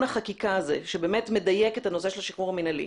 החקיקה הזה שבאמת מדייק את הנושא של השחרור המינהלי,